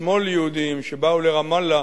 שמאל יהודים שבאו לרמאללה